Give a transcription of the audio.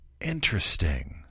Interesting